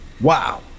wow